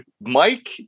Mike